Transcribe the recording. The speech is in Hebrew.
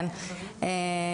כן,